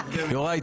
יוראי,